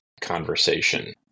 conversation